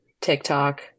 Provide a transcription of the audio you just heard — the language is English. TikTok